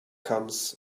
comes